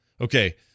Okay